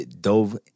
dove